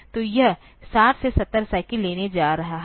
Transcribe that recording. तो यह 60 से 70 साइकिल लेने जा रहा है